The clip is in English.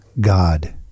God